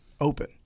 open